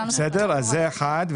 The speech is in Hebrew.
זה אחת.